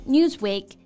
Newsweek